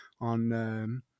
on